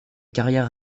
carrières